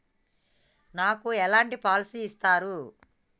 నాకు ఎలాంటి పాలసీ ఇస్తారు?